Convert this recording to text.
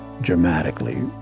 dramatically